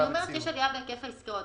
אני אומרת שיש עלייה בהיקף העסקאות.